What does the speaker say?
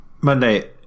Monday